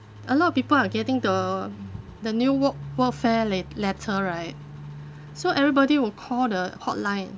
a lot of people are getting the the new work workfare le~ letter right so everybody will call the hotline